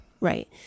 Right